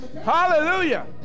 Hallelujah